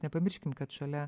nepamirškim kad šalia